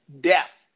death